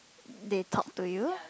they talk to you